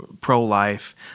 pro-life